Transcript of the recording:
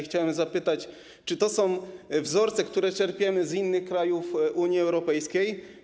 Chciałem zapytać, czy to są wzorce, które czerpiemy z innych krajów Unii Europejskiej.